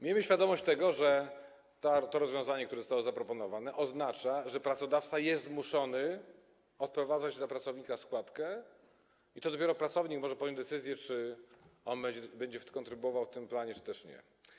Miejmy świadomość tego, że to rozwiązanie, które zostało zaproponowane, oznacza, że pracodawca jest zmuszony odprowadzać za pracownika składkę i to dopiero pracownik może podjąć decyzję, czy on będzie kontrybuował w tym planie, czy też nie.